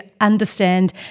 understand